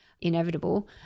inevitable